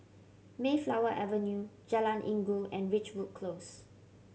Mayflower Avenue Jalan Inggu and Ridgewood Close